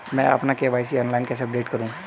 मैं अपना KYC online कैसे अपडेट करूँ?